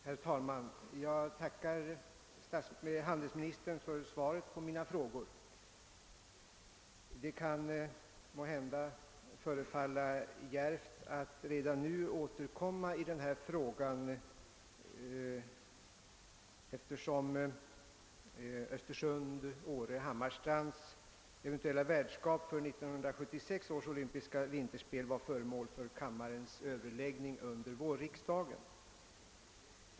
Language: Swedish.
Herr talman! Jag tackar handelsministern för svaret på mina frågor. Det kan måhända förefalla djärvt att redan nu återkomma i denna fråga, eftersom Östersund—Åre—Hammarstrands eventuella värdskap för 1976 års olympiska vinterspel var föremål för kammarens överläggning under vårriksdagen.